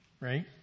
right